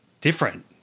different